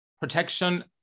Protection